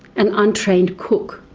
an untrained cook,